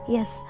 Yes